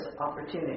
opportunity